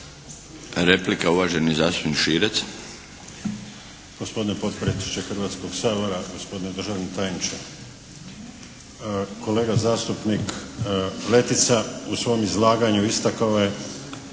Replika, uvaženi zastupnik Klem.